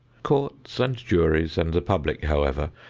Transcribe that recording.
courts and juries and the public, however,